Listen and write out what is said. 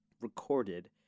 recorded